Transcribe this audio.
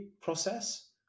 process